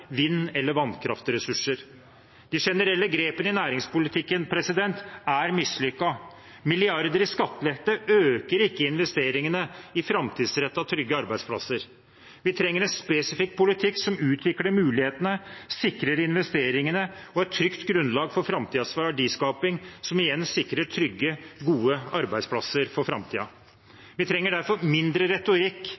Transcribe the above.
vind eller vannkraftressurser. De generelle grepene i næringspolitikken er mislykket. Milliarder i skattelette øker ikke investeringene i framtidsrettede, trygge arbeidsplasser. Vi trenger en spesifikk politikk som utvikler mulighetene, sikrer investeringene og gir et trygt grunnlag for framtidens verdiskaping, som igjen sikrer trygge, gode arbeidsplasser for